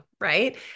right